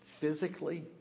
physically